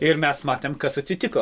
ir mes matėm kas atsitiko